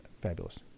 fabulous